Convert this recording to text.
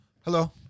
hello